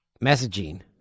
messaging